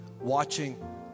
watching